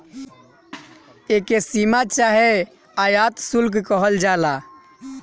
एके सीमा चाहे आयात शुल्क कहल जाला